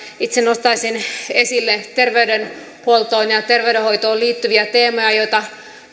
itse nostaisin esille terveydenhuoltoon ja ja terveydenhoitoon liittyviä teemoja joita